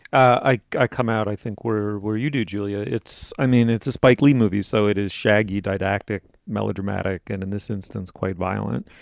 i. i come out. i think we're where you do, julia. it's, i mean, it's a spike lee movie, so it is shaggy, didactic, melodramatic and in this instance quite violent.